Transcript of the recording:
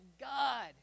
God